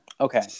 Okay